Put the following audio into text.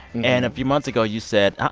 and a few months ago, you said, uh-uh.